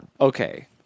Okay